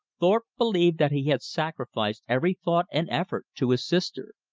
thorpe believed that he had sacrificed every thought and effort to his sister.